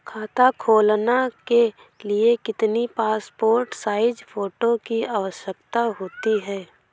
खाता खोलना के लिए कितनी पासपोर्ट साइज फोटो की आवश्यकता होती है?